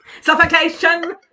Suffocation